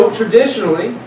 traditionally